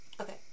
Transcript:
okay